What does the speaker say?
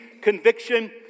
conviction